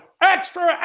Extra